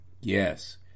Yes